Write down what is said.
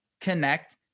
connect